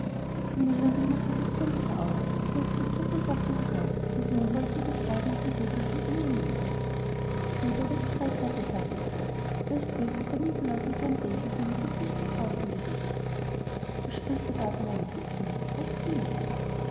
die müllerin machte das fenster auf holte die zuckersachen herein und nun wollten die freude und der jubel gar kein ende nehmen seht ihr daß ich recht hatte sagte karl da ist wirklich der nikolaus mit seinem eselchen und dem christkind draußen gewesen was sprichst du da von einem christkind fragte die mutter